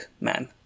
man